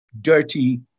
dirty